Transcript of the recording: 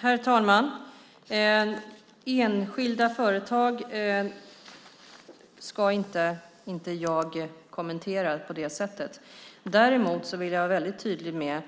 Herr talman! Enskilda företag ska jag inte kommentera på det sättet. Däremot vill jag var väldigt tydlig med